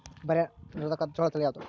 ಬರ ನಿರೋಧಕ ಜೋಳ ತಳಿ ಯಾವುದು?